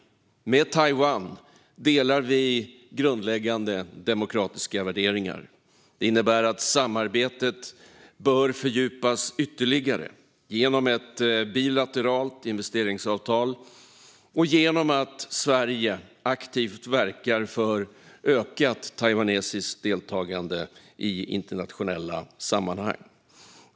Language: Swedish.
Med Taiwan delar vi grundläggande demokratiska värderingar. Det innebär att samarbetet bör fördjupas ytterligare genom ett bilateralt investeringsavtal och genom att Sverige aktivt verkar för ökat taiwanesiskt deltagande i internationella sammanhang.